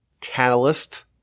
catalyst